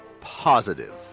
positive